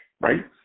right